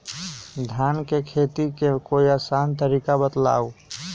धान के खेती के कोई आसान तरिका बताउ?